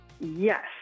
Yes